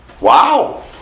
Wow